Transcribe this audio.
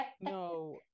No